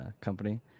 company